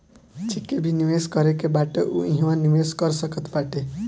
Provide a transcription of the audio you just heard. जेके भी निवेश करे के बाटे उ इहवा निवेश कर सकत बाटे